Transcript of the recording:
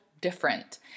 different